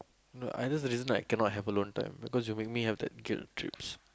no I just reason I cannot have alone time because you make me have that guilt trips